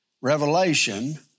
revelation